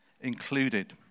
included